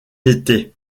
était